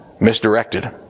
Misdirected